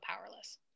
powerless